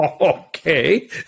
Okay